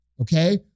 Okay